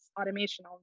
automation